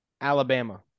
Alabama